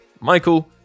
Michael